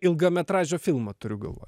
ilgametražio filmo turiu galvoj